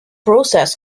process